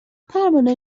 پروانه